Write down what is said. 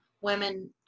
women